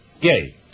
gay